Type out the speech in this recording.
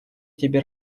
тебе